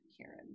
karen